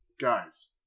Guys